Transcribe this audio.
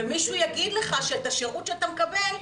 ומישהו יגיד לך שאת השירות שאתה מקבל,